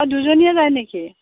অঁ দুজনীয়ে যায় নেকি